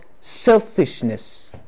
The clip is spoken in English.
selfishness